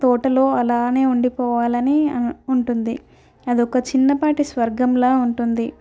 తోటలో అలానే ఉండిపోవాలని ఉంటుంది అది ఒక చిన్నపాటి స్వర్గంలా ఉంటుంది